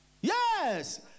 Yes